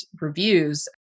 reviews